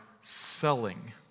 selling